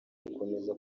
gukomeza